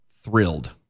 thrilled